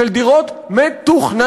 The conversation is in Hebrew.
של דירות מתוכננות,